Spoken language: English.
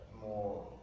more